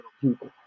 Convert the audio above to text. people